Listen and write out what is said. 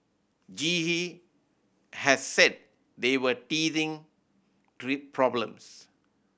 G E has said they were teething three problems